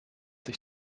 sich